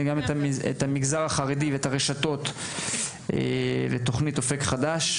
גם את המגזר החרדי ואת הרשתות לתוכנית אופק חדש,